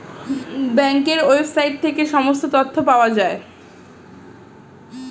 ব্যাঙ্কের ওয়েবসাইট থেকে সমস্ত তথ্য পাওয়া যায়